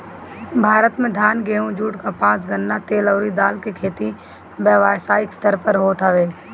भारत में धान, गेंहू, जुट, कपास, गन्ना, तेल अउरी दाल के खेती व्यावसायिक स्तर पे होत ह